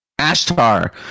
ashtar